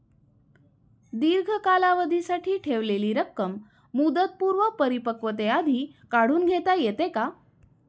दीर्घ कालावधीसाठी ठेवलेली रक्कम मुदतपूर्व परिपक्वतेआधी काढून घेता येते का?